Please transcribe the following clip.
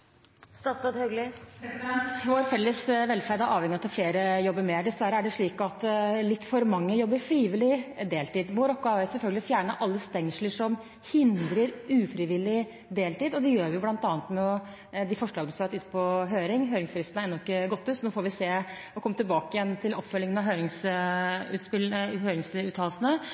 Vår felles velferd er avhengig av at flere jobber mer. Dessverre er det slik at litt for mange jobber deltid frivillig. Vår oppgave er selvfølgelig å fjerne alle stengsler som hindrer ufrivillig deltid. Det gjør vi – bl.a. med de forslagene som har vært ute på høring. Høringsfristen er ennå ikke gått ut, så vi får komme tilbake igjen til oppfølgingen av høringsuttalelsene.